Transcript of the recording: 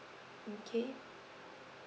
okay